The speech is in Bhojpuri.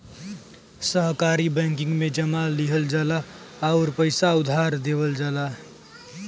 सहकारी बैंकिंग में जमा लिहल जाला आउर पइसा उधार देवल जाला